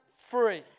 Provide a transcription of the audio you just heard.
free